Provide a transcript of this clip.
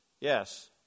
Yes